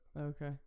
Okay